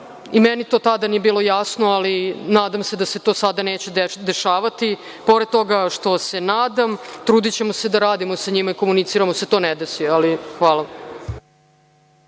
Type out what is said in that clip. Meni to tada nije bilo jasno, ali nadam se da se to sada neće dešavati. Pored toga što se nadam, trudićemo se da radimo sa njima i da komuniciramo, da se to ne desi. Hvala.